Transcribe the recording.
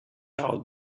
out